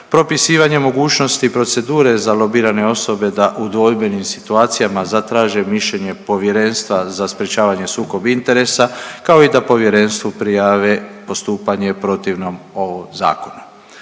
propisivanje mogućnosti procedure za lobirane osobe da u dvojbenim situacijama zatraže mišljenje Povjerenstava za sprječavanje sukoba interesa kao i da povjerenstvu prijave postupanje protivno ovom zakonu.